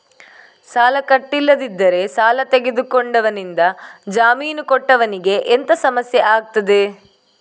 ಸಾಲ ಕಟ್ಟಿಲ್ಲದಿದ್ದರೆ ಸಾಲ ತೆಗೆದುಕೊಂಡವನಿಂದ ಜಾಮೀನು ಕೊಟ್ಟವನಿಗೆ ಎಂತ ಸಮಸ್ಯೆ ಆಗ್ತದೆ?